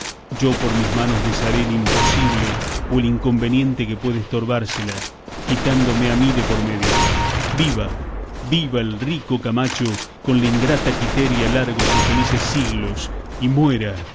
yo por mis manos desharé el imposible o el inconveniente que puede estorbársela quitándome a mí de por medio viva viva el rico camacho con la ingrata quiteria largos y felices siglos y muera